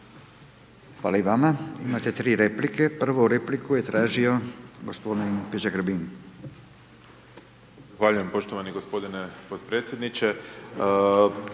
Hvala i vama. Imate 3 replike. Prvu repliku je tražio g. Peđa Grbin. **Grbin,